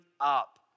up